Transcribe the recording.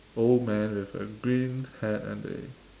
old man with a green hat and a